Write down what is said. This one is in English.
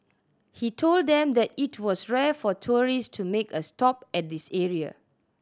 he told them that it was rare for tourist to make a stop at this area